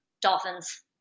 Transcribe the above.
Dolphins